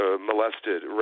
molested